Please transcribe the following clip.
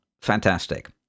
fantastic